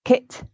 Kit